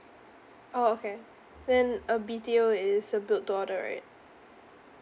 oh okay then uh B_T_O is the build to order right